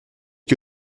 que